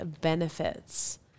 benefits